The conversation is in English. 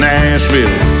Nashville